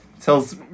tells